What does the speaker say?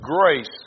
grace